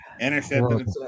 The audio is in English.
Intercepted